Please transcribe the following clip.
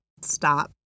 Stop